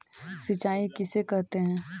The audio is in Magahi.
सिंचाई किसे कहते हैं?